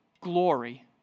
glory